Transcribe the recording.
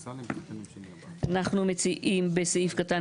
אנחנו מציעים בסעיף קטן